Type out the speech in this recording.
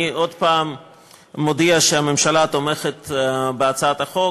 אני עוד פעם מודיע שהממשלה תומכת בהצעת החוק